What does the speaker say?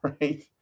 right